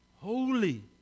Holy